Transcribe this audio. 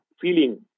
feeling